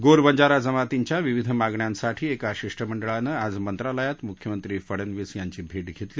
गोर बंजारा जमातींच्या विविध मागण्यांसाठी एका शिष्टमंडळानं आज मंत्रालयात मुख्यमंत्री फडनवीस यांची भेट घेतली